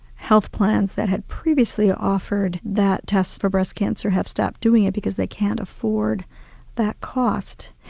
health plans that had previously offered that test for breast cancer have stopped doing it because they can't afford that cost.